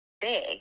big